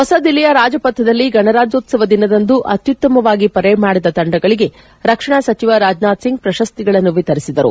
ಹೊಸದಿಲ್ಲಿಯ ರಾಜಪಥದಲ್ಲಿ ಗಣರಾಜ್ಯೋತ್ಸವ ದಿನದಂದು ಅತ್ಯುತ್ತಮವಾಗಿ ಪರೇಡ್ ಮಾಡಿದ ತಂಡಗಳಿಗೆ ರಕ್ಷಣಾ ಸಚಿವ ರಾಜ್ನಾಥ್ ಸಿಂಗ್ ಪ್ರಶಸ್ತಿಗಳನ್ನು ವಿತರಿಸಿದರು